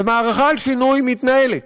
ומערכה על שינוי מתנהלת,